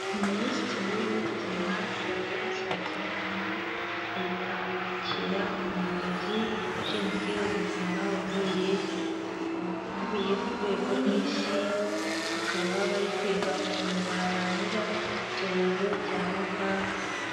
Minisitiri w'Ubuzima Sabe Nsazimana ari kwakira umuyobozi ushinzwe ubuzima, uvuye ku rwego rw'isi bakaba bari kwiga ukuntu barandura icyorezo cya Murburg.